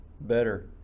better